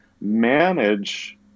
manage